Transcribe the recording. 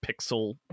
pixel